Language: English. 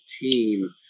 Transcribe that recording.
team